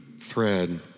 thread